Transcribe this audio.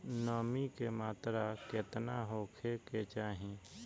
नमी के मात्रा केतना होखे के चाही?